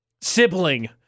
sibling